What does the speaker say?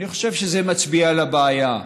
אני חושב שזה מצביע על הבעיה.